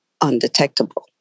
undetectable